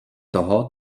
toho